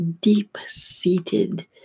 deep-seated